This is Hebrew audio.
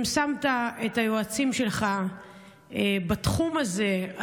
אם שמת את היועצים שלך בתחום הזה,